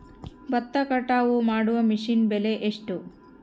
ಭತ್ತ ಕಟಾವು ಮಾಡುವ ಮಿಷನ್ ಬೆಲೆ ಎಷ್ಟು?